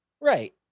Right